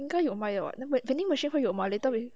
应该有卖的 [what] 肯定 vending machine 会有吗 later we